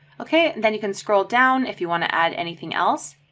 okay, then you can scroll down if you want to add anything else,